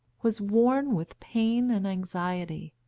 was worn with pain and anxiety.